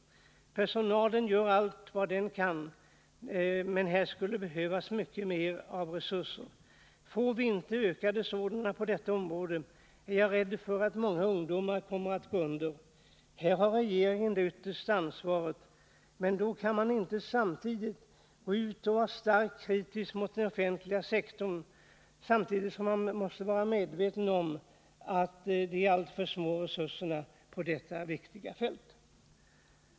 Personalen gör allt vad den kan, men här skulle behövas mycket mer av resurser. Får vi inte ökade resurser på detta område, är jag rädd för att många ungdomar kommer att gå under. Här har regeringen det yttersta ansvaret. Men man kan inte gå ut och vara starkt kritisk mot den offentliga sektorn när man samtidigt måste vara medveten om de alltför små resurserna på detta viktiga fält.